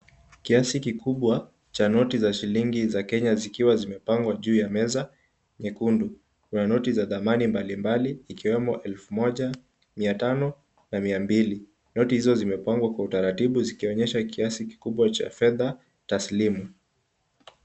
Kiasi kikubwa cha noti ya shilingi za kenya zikiwa zimepangwa juu ya meza nyekundu. Kuna noti za thamani mbalimbali ikiwemo 1000, 500 na 200. Noti hizo zimepangwa kwa utaratibu zikionyesha kiasi kikubwa cha fedha taslimu.